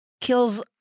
Kills